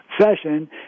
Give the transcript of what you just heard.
session